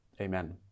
Amen